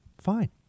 fine